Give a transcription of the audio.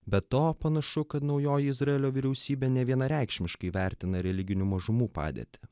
be to panašu kad naujoji izraelio vyriausybė nevienareikšmiškai vertina religinių mažumų padėtį